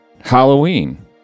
Halloween